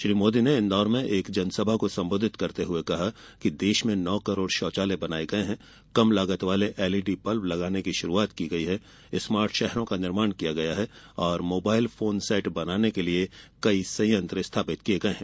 श्री मोदी ने इंदौर में एक जनसभा को संबोधित करते हुए कहा कि देश में नौ करोड़ शौचालय बनाये गये हैं कम लागत वाले एलईडी बल्ब लगाने की शुरूआत की गई है स्मार्ट शहरों का निर्माण किया गया है और मोबाइल फोन सेट बनाने के कई संयंत्र स्थांपित किये गये हैं